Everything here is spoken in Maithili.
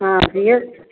हँ कहिऔ